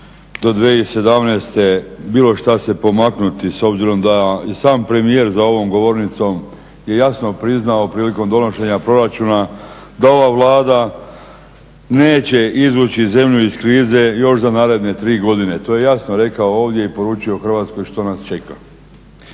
do 2017. bilo što se pomaknuti s obzirom da je sam premijer za ovom govornicom jasno priznao prilikom donošenja proračuna da ova Vlada neće izvući zemlju iz krize još za naredne tri godine. To je jasno rekao ovdje i poručio Hrvatskoj što nas čeka.